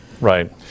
right